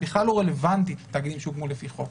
בכלל לא רלוונטית לתאגידים שהוקמו לפי חוק.